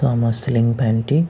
তো আমার সিলিং ফ্যানটি